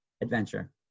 adventure